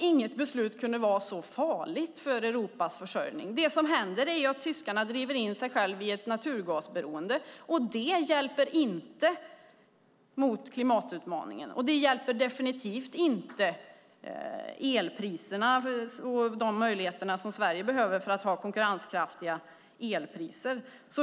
Inget beslut kunde vara så farligt för Europas försörjning. Det som händer är ju att tyskarna driver in sig själva i ett naturgasberoende. Det hjälper inte mot klimatutmaningen, och det hjälper definitivt inte Sveriges möjligheter till konkurrenskraftiga elpriser.